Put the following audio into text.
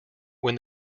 when